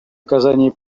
оказании